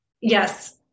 Yes